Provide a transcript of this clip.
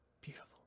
beautiful